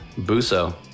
Buso